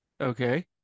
Okay